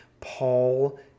Paul